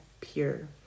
pure